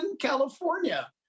California